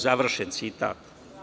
Završen citat.